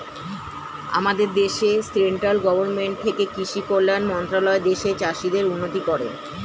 আমাদের দেশে central government থেকে কৃষি কল্যাণ মন্ত্রণালয় দেশের চাষীদের উন্নতি করে